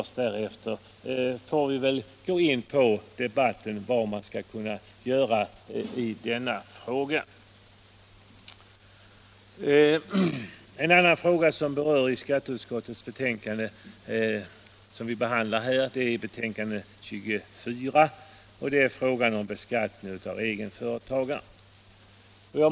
Senare får vi väl se vad vi kan göra på det här området. I skatteutskottets betänkande 24 berörs frågan om beskattningen av egenföretagare.